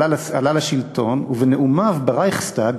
עלה לשלטון ובנאומיו ברייכסטאג,